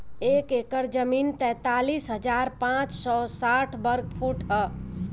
एक एकड़ जमीन तैंतालीस हजार पांच सौ साठ वर्ग फुट ह